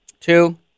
Two